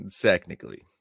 technically